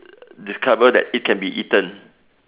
discovered that it can be eaten